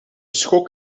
schok